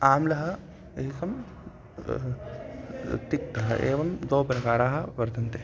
आम्लम् एकं तिक्तः एवं द्वौ प्रकाराः वर्तन्ते